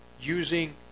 using